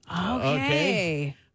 Okay